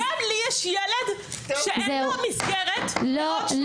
גם לי יש ילד שאין לו מסגרת בעוד שלושה שבועות.